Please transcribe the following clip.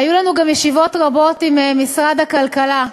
היו לנו גם ישיבות רבות עם משרד הכלכלה.